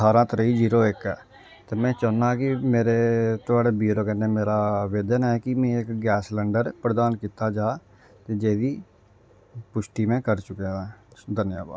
ठारां त्रेई जीरो इक ते में चाह्न्नां कि मेरे थुआढ़े बीरो कन्नै मेरा निवेदन ऐ कि मिगी इक गैस सलंडर प्रदान कीता जा ते जेह्दी पुश्टि में करी चुके दा आं धन्यबाद